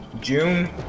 June